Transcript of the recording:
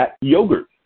yogurt